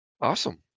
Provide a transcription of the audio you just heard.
awesome